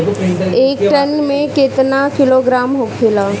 एक टन मे केतना किलोग्राम होखेला?